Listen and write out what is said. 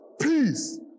peace